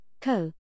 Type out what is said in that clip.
co